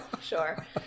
Sure